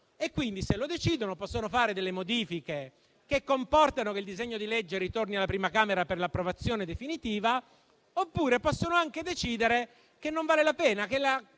quindi, se lo decide, può fare delle modifiche che comportano che il disegno di legge ritorna alla prima Camera per l'approvazione definitiva oppure può anche decidere che non vale la pena,